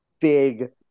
big